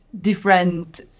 different